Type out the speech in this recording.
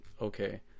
okay